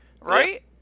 Right